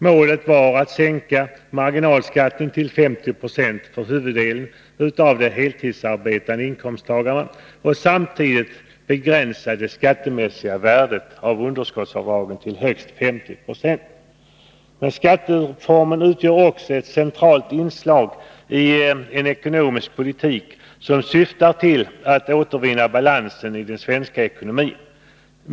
Målet var att sänka marginalskatten till 50 26 för huvuddeien av de heltidsarbetande inkomsttagarna och samtidigt begränsa det skattemässiga värdet av underskottsavdragen till högst 50 26 av avdragsbeloppet. Men skattereformen utgör också ett centralt inslag i en ekonomisk politik, som syftar till att man skall återvinna balansen i den svenska ekonomin.